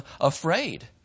afraid